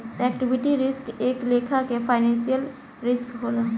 liquidity risk एक लेखा के फाइनेंशियल रिस्क होला